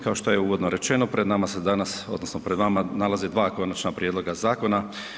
Kao što je uvodno rečeno, pred nama su danas, odnosno pred vama nalaze dva konačna prijedloga zakona.